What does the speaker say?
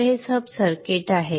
तर हे sub circuit आहे